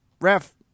Ref